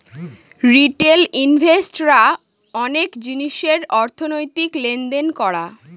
retail invest রা অনেক জিনিসের অর্থনৈতিক লেনদেন করা